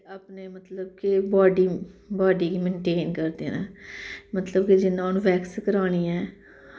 अपने मतलब कि बॉड्डी बॉड्डी गी मेनटेन करदे न मतलब कि जियां हून वैक्स करानी ऐ